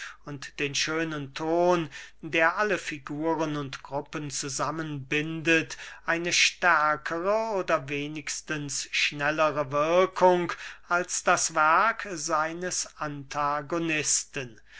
und den schönen ton der alle figuren und gruppen zusammen bindet eine stärkere oder wenigstens schnellere wirkung als das werk seines antagonisten